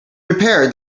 repaired